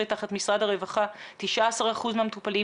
לעומר שלנו אף פעם לא היה חסר דבר.